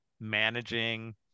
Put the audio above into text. managing